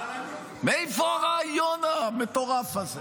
מאיפה הרעיון המטורף הזה?